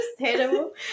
terrible